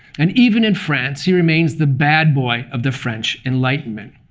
and even in france, he remains the bad boy of the french enlightenment.